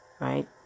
Right